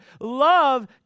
Love